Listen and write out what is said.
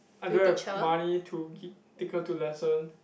I don't have money to gi~ take her to lesson